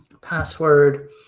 password